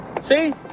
See